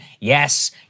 Yes